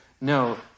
No